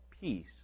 peace